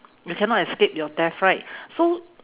you cannot escape your death right so